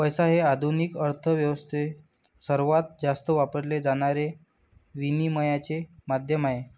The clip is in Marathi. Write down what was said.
पैसा हे आधुनिक अर्थ व्यवस्थेत सर्वात जास्त वापरले जाणारे विनिमयाचे माध्यम आहे